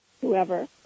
whoever